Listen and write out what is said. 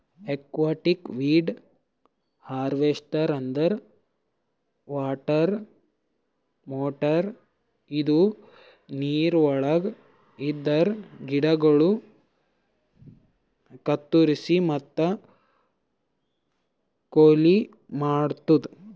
aquatic weed harvester ಅಂದ್ರ water mower ಇದು ನೀರವಳಗ್ ಇರದ ಗಿಡಗೋಳು ಕತ್ತುರಸಿ ಮತ್ತ ಕೊಯ್ಲಿ ಮಾಡ್ತುದ